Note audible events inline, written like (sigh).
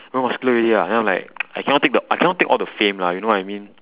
grow muscular already ah then I'm like (noise) I cannot take the I cannot take all the fame lah you know what I mean